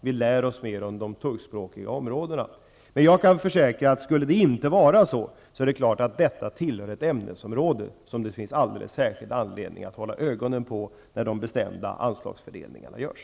Vi lär oss mer om de turkspråkiga områdena. Jag kan försäkra att om det inte skulle vara så, är det klart att detta tillhör ett ämnesområde som det finns alldeles särskild anledning att hålla ögonen på när de bestämda anslagsfördelningarna görs.